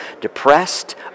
depressed